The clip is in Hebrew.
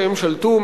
כשהם שלטו,